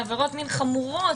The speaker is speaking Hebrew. בעבירות מין חמורות,